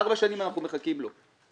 ארבע שנים אנחנו מחכים לו.